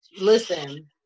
Listen